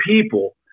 people